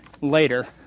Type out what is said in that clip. later